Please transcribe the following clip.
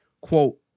Quote